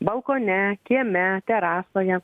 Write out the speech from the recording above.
balkone kieme terasoje